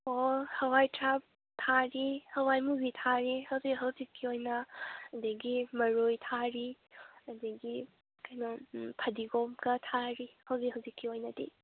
ꯑꯣ ꯍꯋꯥꯏ ꯊ꯭ꯔꯥꯛ ꯊꯥꯔꯤ ꯍꯋꯥꯏ ꯃꯨꯕꯤ ꯊꯥꯔꯤ ꯍꯧꯖꯤꯛ ꯍꯧꯖꯤꯛꯀꯤ ꯑꯣꯏꯅ ꯑꯗꯒꯤ ꯃꯔꯣꯏ ꯊꯥꯔꯤ ꯑꯗꯒꯤ ꯀꯩꯅꯣ ꯐꯗꯤꯒꯣꯝ ꯈꯔ ꯊꯥꯔꯤ ꯍꯧꯖꯤꯛ ꯍꯧꯖꯤꯛꯀꯤ ꯑꯣꯏꯅꯗꯤ